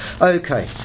Okay